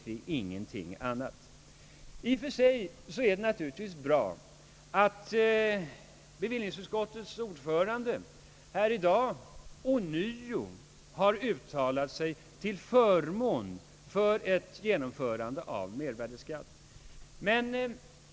I och för sig är det naturligtvis bra att bevillningsutskottets ordförande här i dag ånyo har uttalat sig till förmån för ett genomförande av mervärdeskatt.